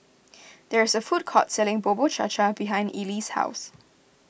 there is a food court selling Bubur Cha Cha behind Eli's house